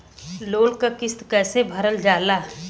Loan क किस्त कैसे भरल जाए?